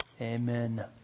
Amen